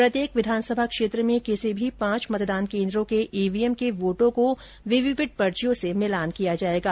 प्रत्येक विधानसभा क्षेत्र में किसी भी पांच मतदान केन्द्रों के ईवीएम के वोटों को वीवीपैट पर्चियों से मिलान किया जायेगा